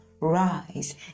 rise